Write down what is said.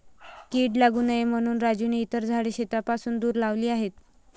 कीड लागू नये म्हणून राजूने इतर झाडे शेतापासून दूर लावली आहेत